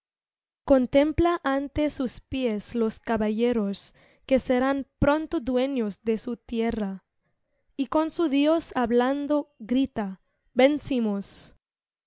contempla ante sus pies los caballeros que serán pronto dueños de su tierra y con su dios hablando grita